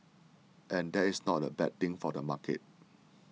and that is not a bad thing for the market